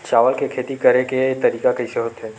चावल के खेती करेके तरीका कइसे होथे?